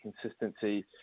consistency